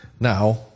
Now